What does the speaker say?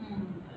mm